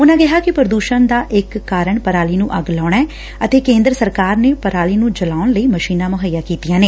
ਉਨਾਂ ਕਿਹਾ ਕਿ ਪ੍ਰਦੁਸ਼ਣ ਦਾ ਇਕ ਕਾਰਨ ਪਰਾਲੀ ਨੂੰ ਅੱਗ ਲਾਉਣਾ ਐ ਅਤੇ ਕੇਂਦਰ ਸਰਕਾਰ ਨੇ ਪਰਾਲੀ ਨੂੰ ਜਲਾਉਣ ਲਈ ਮਸ਼ੀਨਾਂ ਮੁਹੱਈਆ ਕੀਤੀਆਂ ਨੇ